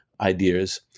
ideas